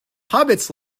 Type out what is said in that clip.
hobbits